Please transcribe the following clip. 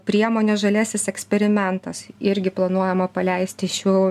priemonė žaliasis eksperimentas irgi planuojama paleisti šių